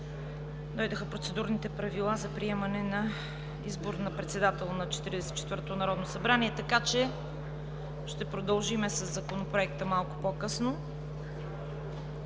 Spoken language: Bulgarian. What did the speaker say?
дойдоха процедурните правила за приемане за избор на председател на 44-то Народно събрание, така че ще продължим със Законопроекта малко по-късно.